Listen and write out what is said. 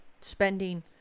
spending